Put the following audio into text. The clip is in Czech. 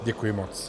Děkuji moc.